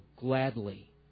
gladly